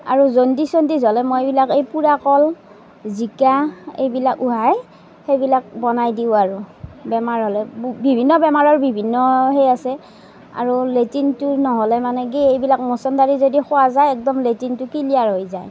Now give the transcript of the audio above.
আৰু জণ্ডিছ চণ্ডিছ হ'লে মই এইবিলাক পুৰা কল জিকা এইবিলাক উহাই সেইবিলাক বনাই দিওঁ আৰু বেমাৰ হ'লে বিভিন্ন বেমাৰৰ বিভিন্ন সেই আছে আৰু লেট্ৰিনটো নহ'লে মানে কি এইবিলাক মছন্দৰী যদি খোৱা যায় একদম লেট্ৰিনটো ক্লিয়াৰ হৈ যায়